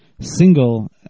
single